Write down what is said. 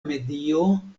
medio